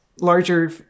larger